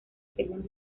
segunda